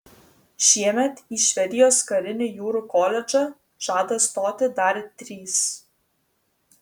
šiemet į švedijos karinį jūrų koledžą žada stoti dar trys